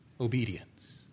obedience